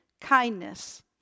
kindness